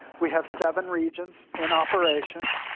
we have seven regions in operation.